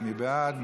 מי בעד?